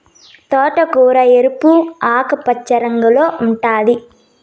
తోటకూర ఎరుపు, ఆకుపచ్చ రంగుల్లో ఉంటాది